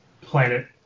planet